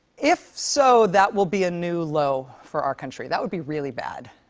if so, that will be a new low for our country. that would be really bad.